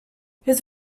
his